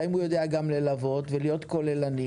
ואם הוא יודע גם ללוות ולהיות כוללני.